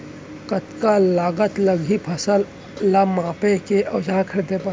कतका लागत लागही फसल ला मापे के औज़ार खरीदे बर?